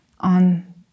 on